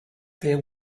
there